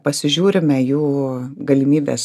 pasižiūrime jų galimybes